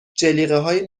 جلیقههای